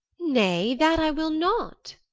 nay, that i will not.